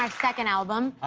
second album.